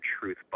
truth